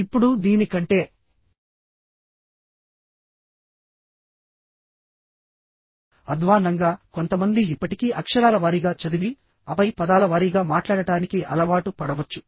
ఇప్పుడు దీని కంటే అధ్వాన్నంగా కొంతమంది ఇప్పటికీ అక్షరాల వారీగా చదివి ఆపై పదాల వారీగా మాట్లాడటానికి అలవాటు పడవచ్చు